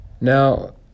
Now